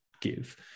give